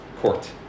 court